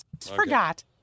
Forgot